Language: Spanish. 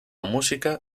música